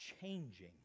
changing